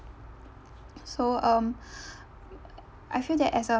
so um I feel that as a